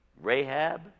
Rahab